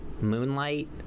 Moonlight